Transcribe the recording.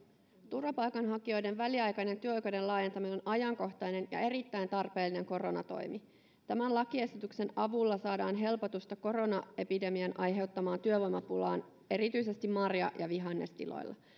turvapaikanhakijoiden väliaikainen työoikeuden laajentaminen on ajankohtainen ja erittäin tarpeellinen koranatoimi tämän lakiesityksen avulla saadaan helpotusta koronaepidemian aiheuttamaan työvoimapulaan erityisesti marja ja vihannestiloilla